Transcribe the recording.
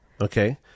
okay